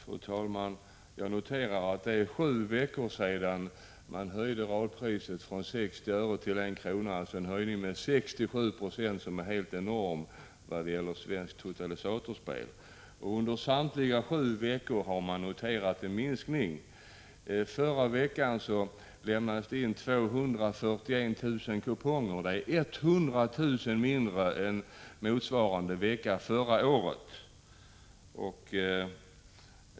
Fru talman! Jag noterar att det är sju veckor sedan man höjde radpriset från 60 öre till I kr. — en höjning med 67 96 som är helt enastående vad gäller svenskt totalisatorspel. Under samtliga sju veckor har man noterat en minskning. Förra veckan lämnades det in 241 000 kuponger, och det är 100 000 mindre än motsvarande vecka förra året.